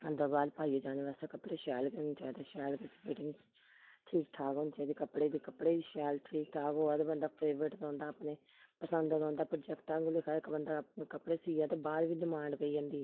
अंदर बाह्र पाइयै जाने बास्तै कपड़े शैल गै होने चाहिदे शैल गै फिटिंग ठीक ठाक होनी चाहिदी कपड़े दी कपड़े दी शैल ठीक ठाक होऐ ते बंदा फेवरट रौंह्दा अपने पंसद रौंह्दा प्रोजैक्ट आंगू लेखा इक बंदा अपने कपड़े सीऐ ते बाह्र बी डिमांड पेई जंदी